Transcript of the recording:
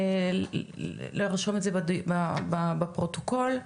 לרשום את זה בפרוטוקול,